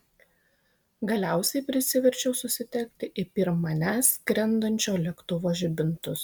galiausiai prisiverčiau susitelkti į pirm manęs skrendančio lėktuvo žibintus